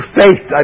faith